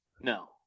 No